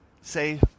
say